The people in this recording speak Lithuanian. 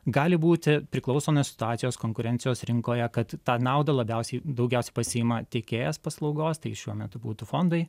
gali būti priklauso nuo situacijos konkurencijos rinkoje kad tą naudą labiausiai daugiausiai pasiima tiekėjas paslaugos tai šiuo metu būtų fondai